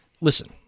listen